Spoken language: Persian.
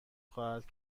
خواهد